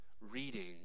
reading